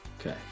Okay